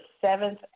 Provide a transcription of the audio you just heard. seventh